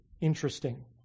interesting